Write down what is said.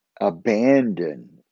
abandon